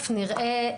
תכף נעבור אליהם.